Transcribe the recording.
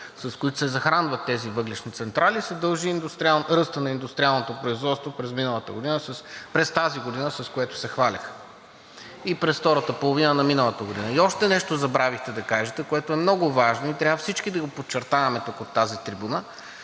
с които се захранват тези въглищни централи, се дължи ръстът на индустриалното производство през тази година, с което се хвалеха и през втората половина на миналата година. И още нещо забравихте да кажете, което е много важно и трябва всички да го подчертаваме тук, от тази трибуна,